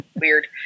weird